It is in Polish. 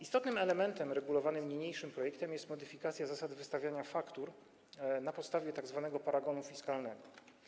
Istotnym elementem regulowanym niniejszym projektem jest modyfikacja zasady wystawiania faktur na podstawie tzw. paragonu fiskalnego.